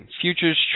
futures